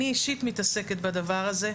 אני אישית עוסקת בדבר הזה.